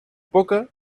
poca